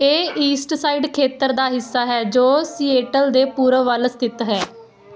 ਇਹ ਈਸਟਸਾਈਡ ਖੇਤਰ ਦਾ ਹਿੱਸਾ ਹੈ ਜੋ ਸੀਏਟਲ ਦੇ ਪੂਰਬ ਵੱਲ ਸਥਿਤ ਹੈ